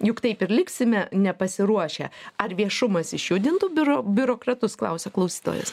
juk taip ir liksime nepasiruošę ar viešumas išjudintų biuro biurokratus klausia klausytojas